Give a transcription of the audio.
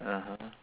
(uh huh)